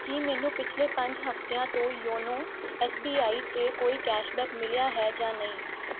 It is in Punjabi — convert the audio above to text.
ਕੀ ਮੈਨੂੰ ਪਿਛਲੇ ਪੰਜ ਹਫਤਿਆਂ ਤੋਂ ਯੋਨੋ ਐਸ ਬੀ ਆਈ 'ਤੇ ਕੋਈ ਕੈਸ਼ਬੈਕ ਮਿਲਿਆ ਹੈ ਜਾਂ ਨਹੀਂ